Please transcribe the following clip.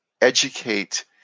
educate